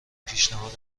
پیشنهاد